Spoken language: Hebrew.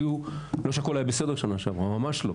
לא שהכול היה בסדר שנה שעברה ממש לא.